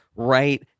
Right